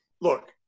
Look